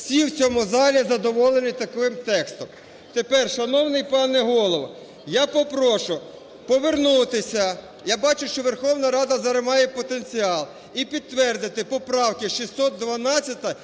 Всі в цьому залі задоволені таким текстом. Тепер, шановний пане Голово, я попрошу повернутися - я бачу, що зараз Верховна Рада зараз має потенціал, - і підтвердити поправки 612